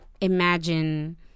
imagine